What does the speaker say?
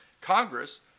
Congress